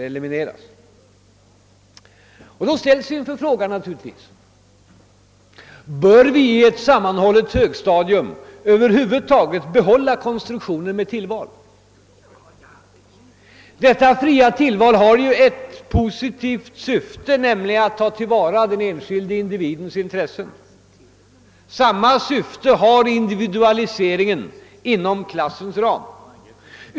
Då ställs vi naturligtvis inför frågan: Bör vi i ett sammanhållet högstadium över huvud taget behålla konstruktionen med tillval? Detta fria tillval har ett positivt syfte, nämligen att ta till vara den enskilde individens intressen. Samma syfte har individualiseringen inom klassens ram.